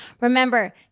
Remember